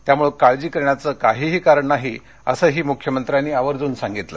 त्यामुळे काळजी करण्याचं काहीही कारण नाही असंही मुख्यमंत्र्यांनी आवर्जून सांगितलं